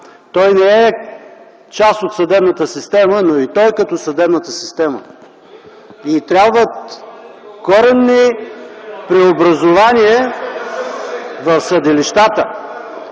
Не е част от съдебната система, но и той е като съдебната система. Трябват коренни преобразования в съдилищата,